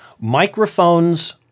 Microphones